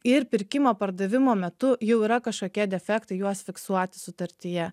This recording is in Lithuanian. ir pirkimo pardavimo metu jau yra kažkokie defektai juos fiksuoti sutartyje